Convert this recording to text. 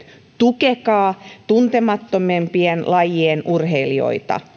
tukekaa tuntemattomampien lajien urheilijoita